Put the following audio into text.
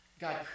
God